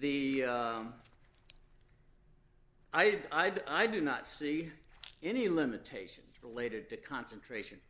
the i'd i'd i do not see any limitation related to concentration